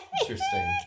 Interesting